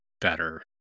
better